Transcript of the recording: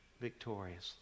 victoriously